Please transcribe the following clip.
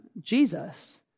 Jesus